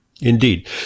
Indeed